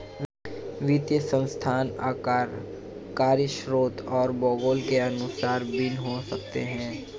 वित्तीय संस्थान आकार, कार्यक्षेत्र और भूगोल के अनुसार भिन्न हो सकते हैं